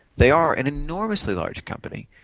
they are an enormously large company.